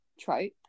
trope